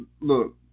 Look